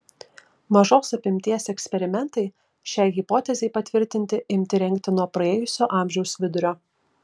mažos apimties eksperimentai šiai hipotezei patvirtinti imti rengti nuo praėjusio amžiaus vidurio